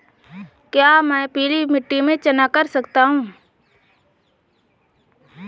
क्या मैं पीली मिट्टी में चना कर सकता हूँ?